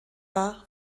war